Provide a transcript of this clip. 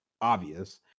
obvious